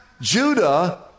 Judah